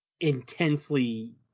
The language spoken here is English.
intensely